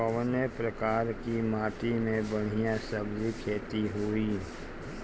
कवने प्रकार की माटी में बढ़िया सब्जी खेती हुई?